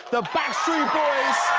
the back street boys.